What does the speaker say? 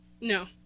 no